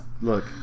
look